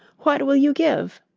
what will you give?